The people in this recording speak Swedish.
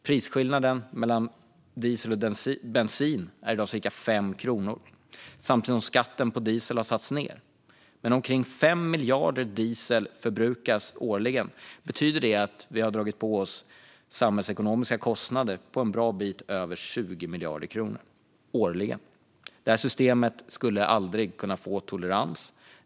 Prisskillnaden mellan diesel och bensin är i dag cirka 5 kronor samtidigt som skatten på diesel har satts ned. Men om omkring 5 miljarder liter diesel förbrukas årligen betyder det att vi har dragit på oss samhällsekonomiska kostnader på en bra bit över 20 miljarder kronor årligen. Det här systemet skulle aldrig få tolerans.